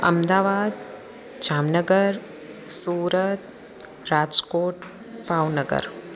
Ahmedabad Jamnagar Surat Rajkot Bhavnagar